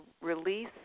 release